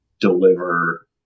deliver